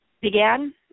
began